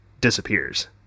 disappears